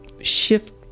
shift